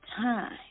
time